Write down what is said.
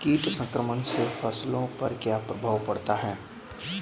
कीट संक्रमण से फसलों पर क्या प्रभाव पड़ता है?